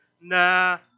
nah